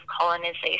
colonization